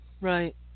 right